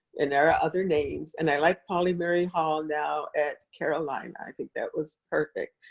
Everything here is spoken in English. and there are other names, and i like pauli murray hall now at carolina, i think that was perfect.